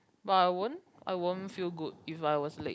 but I won't I won't feel good if I was late